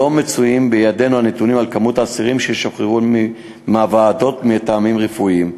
אין בידינו נתונים על מספר האסירים ששוחררו בוועדות מטעמים רפואיים.